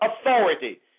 authority